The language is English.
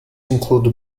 include